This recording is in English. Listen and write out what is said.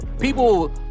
People